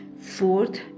Fourth